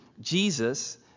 Jesus